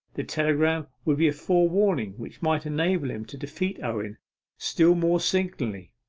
the telegram would be a forewarning which might enable him to defeat owen still more signally.